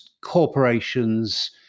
corporations